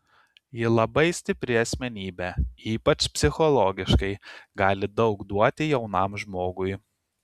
ji labai stipri asmenybė ypač psichologiškai gali daug duoti jaunam žmogui